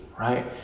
right